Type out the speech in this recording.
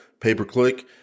pay-per-click